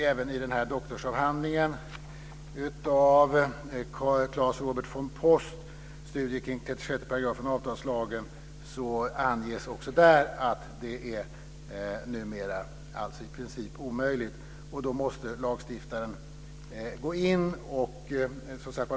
Även i en doktorsavhandling av Claes-Robert von Post, Studier kring 36 § avtalslagen, anges att detta numera är i princip omöjligt. Då måste lagstiftaren gå in.